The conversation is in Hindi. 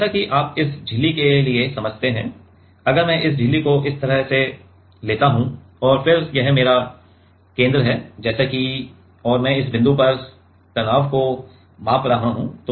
तो जैसा कि आप इस झिल्ली के लिए समझते हैं अगर मैं इस झिल्ली को इस तरह लेता हूं और फिर यह मेरा केंद्र है जैसे कि और मैं इस बिंदु पर तनाव को माप रहा हूं